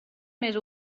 més